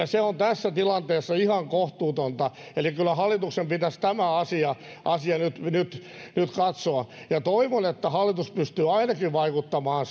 se on tässä tilanteessa ihan kohtuutonta eli kyllä hallituksen pitäisi tämä asia asia nyt nyt katsoa ja toivon että hallitus pystyy vaikuttamaan